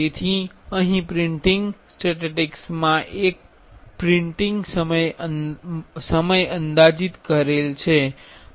તેથી અહીં printing statistics માં એક પ્રિંટિંગ સમય અંદાજિત કરેલ છે